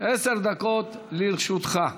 עשר דקות לרשותך.